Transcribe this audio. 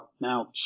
now